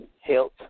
health